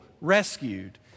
rescued